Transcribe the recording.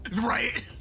Right